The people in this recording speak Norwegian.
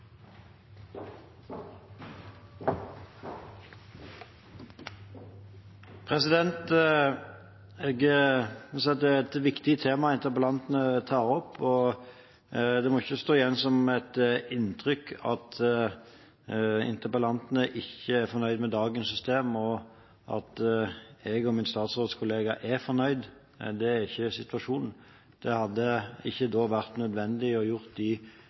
et viktig tema interpellantene tar opp. Det må ikke stå igjen som et inntrykk at interpellantene ikke er fornøyd med dagens system, og at jeg og min statsrådskollega er fornøyd. Det er ikke situasjonen. Da hadde det ikke vært nødvendig å gjøre de